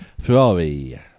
Ferrari